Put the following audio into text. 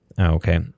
Okay